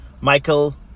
Michael